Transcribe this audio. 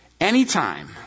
Anytime